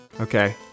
Okay